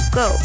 go